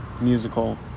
musical